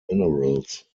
minerals